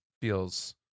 feels